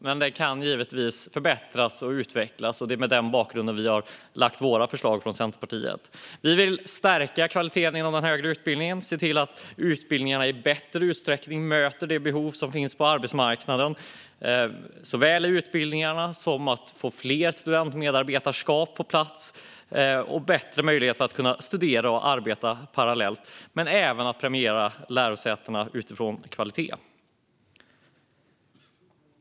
Men den kan givetvis förbättras och utvecklas. Det är mot den bakgrunden vi har lagt fram våra förslag från Centerpartiet. Vi vill stärka kvaliteten inom den högre utbildningen. Vi vill se till att utbildningarna i större utsträckning möter de behov som finns på arbetsmarknaden, såväl i utbildningarna som genom att få fler studentmedarbetarskap på plats. Vi vill skapa bättre möjligheter att studera och arbeta parallellt. Vi vill premiera lärosätena utifrån kvalitet.